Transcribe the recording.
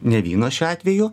ne vyno šiuo atveju